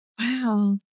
Wow